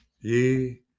ye